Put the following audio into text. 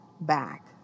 back